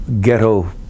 ghetto